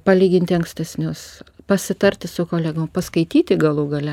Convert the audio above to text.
palyginti ankstesnius pasitarti su kolegom paskaityti galų gale